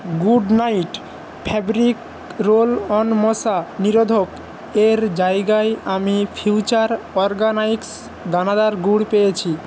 good Knight fabric roll on মশা নিরোধকের জায়গায় আমি ফিউচার অরগানিক্স দানাদার গুড় পেয়েছি